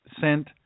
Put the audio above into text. sent